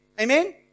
Amen